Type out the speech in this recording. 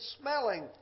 smelling